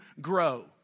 grow